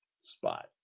spot